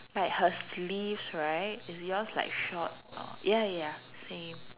like her sleeves right is yours like short or ya ya same